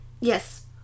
Yes